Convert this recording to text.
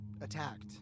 attacked